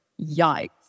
Yikes